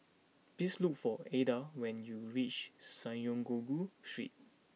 please look for Adda when you reach Synagogue Street